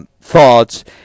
thoughts